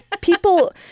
people